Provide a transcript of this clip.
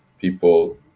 people